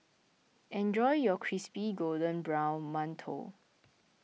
enjoy your Crispy Golden Brown Mantou